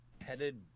headed